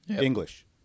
English